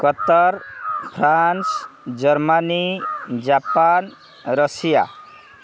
Qatar France Germany Japan Russia